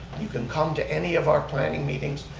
you can come to any of our planning meetings,